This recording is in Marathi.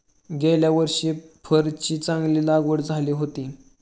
गेल्या वर्षी फरची चांगली लागवड झाली होती